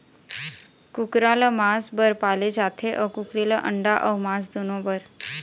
कुकरा ल मांस बर पाले जाथे अउ कुकरी ल अंडा अउ मांस दुनो बर